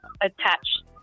attached